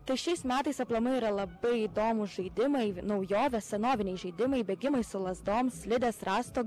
tai šiais metais aplamai yra labai įdomūs žaidimai naujovė senoviniai žaidimai bėgimai su lazdom slidės rąsto